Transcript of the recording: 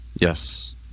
Yes